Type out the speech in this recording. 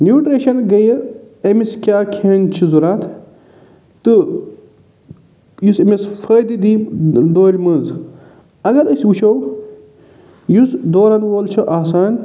nutrition گٔیہِ أمِس کیٛاہ کھیٚن چھِ ضوٚرَتھ تہٕ یُس أمِس فٲیِدٕ دی دورِ منٛز اَگر أسۍ وُچھَو یُس دورَن وول چھِ آسان